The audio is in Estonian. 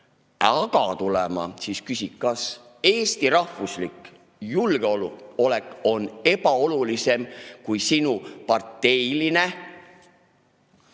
"aga" tulema, siis küsi, kas Eesti rahvuslik julgeolek on ebaolulisem kui tema parteiline